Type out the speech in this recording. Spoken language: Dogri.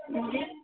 हंजी